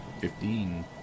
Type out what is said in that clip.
Fifteen